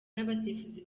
n’abasifuzi